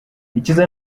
icyiza